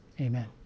Amen